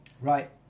Right